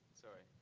sorry.